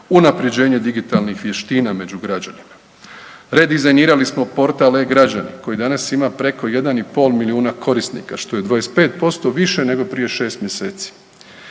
unapređenje digitalnih vještina među građanima. Redizajnirali smo portal e-Građani koji danas ima preko 1,5 milijuna korisnika, što je 25% više nego prije šest mjeseci,